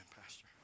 Pastor